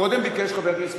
קודם ביקש חבר הכנסת